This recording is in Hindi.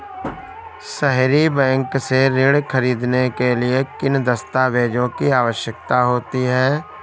सहरी बैंक से ऋण ख़रीदने के लिए किन दस्तावेजों की आवश्यकता होती है?